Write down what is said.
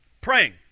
praying